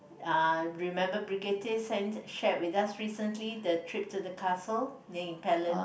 uh remember Briggette sent shared with us recently the trip to the castle then in Palan